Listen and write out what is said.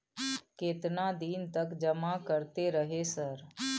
केतना दिन तक जमा करते रहे सर?